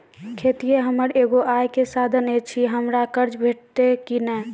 खेतीये हमर एगो आय के साधन ऐछि, हमरा कर्ज भेटतै कि नै?